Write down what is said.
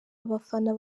abafana